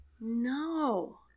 no